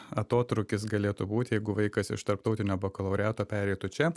atotrūkis galėtų būt jeigu vaikas iš tarptautinio bakalaureato pereitų čia